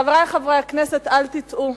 חברי חברי הכנסת, אל תטעו,